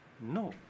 no